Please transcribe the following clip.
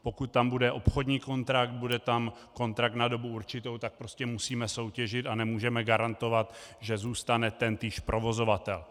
Pokud tam bude obchodní kontrakt, bude tam kontrakt na dobu určitou, tak prostě musíme soutěžit a nemůžeme garantovat, že zůstane tentýž provozovatel.